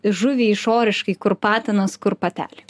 žuvį išoriškai kur patinas kur patelė